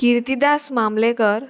Kirtidas Mamlekar